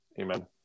Amen